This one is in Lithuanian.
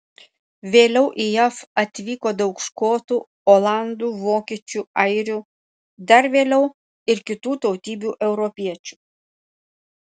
vėliau į jav atvyko daug škotų olandų vokiečių airių dar vėliau ir kitų tautybių europiečių